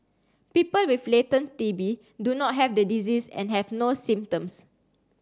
people with latent T B do not have the disease and have no symptoms